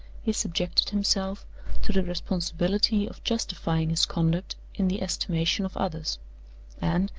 he subjected himself to the responsibility of justifying his conduct in the estimation of others and,